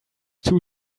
two